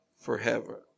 forever